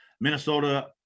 Minnesota